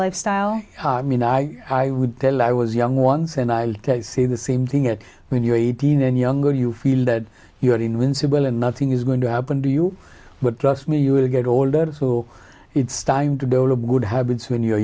lifestyle i mean i i would tell i was young once and i'll say the same thing it when you're eighteen and younger you feel that you're invincible and nothing is going to happen to you but trust me you will get older so it's time to build a good habits when you're